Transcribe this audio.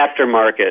Aftermarket